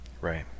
Right